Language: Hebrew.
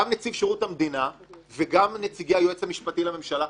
גם נציב שירות המדינה וגם נציגי היועץ משפטי לממשלה,